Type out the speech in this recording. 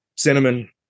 Cinnamon